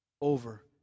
over